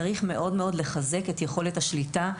צריך לחזק מאוד את יכולת השליטה,